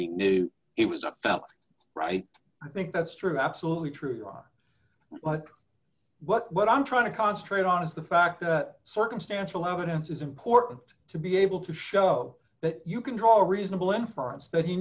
he knew it was a felt right i think that's true absolutely true on what i'm trying to concentrate on is the fact that circumstantial evidence is important to be able to show that you can draw a reasonable inference that he